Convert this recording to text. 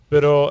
Pero